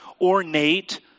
ornate